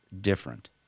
different